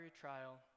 trial